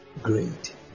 great